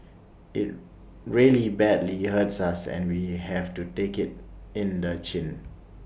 IT really badly hurts us and we have to take IT in the chin